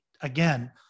again